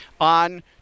on